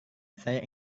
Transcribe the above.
saya